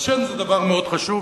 והשן זה דבר מאוד חשוב,